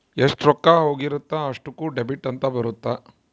ಎಷ್ಟ ರೊಕ್ಕ ಹೋಗಿರುತ್ತ ಅಷ್ಟೂಕ ಡೆಬಿಟ್ ಅಂತ ಬರುತ್ತ